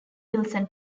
wilson